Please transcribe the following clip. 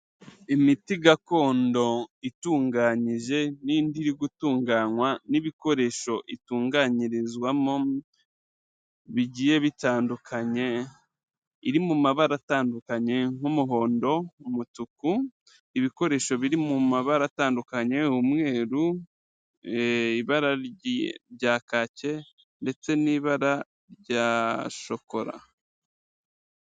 Imiti gakondo itunganyije n'indi iri gutunganywa n'ibikoresho itunganyirizwamo, bigiye bitandukanye, iri mu mabara atandukanye nk'umuhondo, umutuku, ibikoresho biri mu mabara atandukanye umweru, ibara rya kake ndetse n'ibara rya shokora.